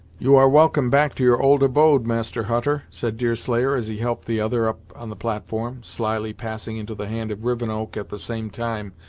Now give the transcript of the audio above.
you are welcome back to your old abode, master hutter, said deerslayer, as he helped the other up on the platform, slyly passing into the hand of rivenoak, at the same time,